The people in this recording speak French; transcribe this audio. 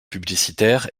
publicitaire